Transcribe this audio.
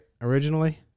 Originally